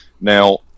Now